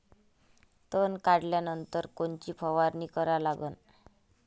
तन काढल्यानंतर कोनची फवारणी करा लागन?